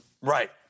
Right